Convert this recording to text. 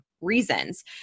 reasons